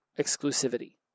exclusivity